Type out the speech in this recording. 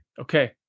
Okay